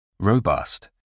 Robust